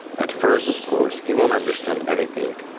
at first, of course, he won't understand anything.